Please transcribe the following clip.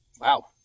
Wow